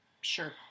Sure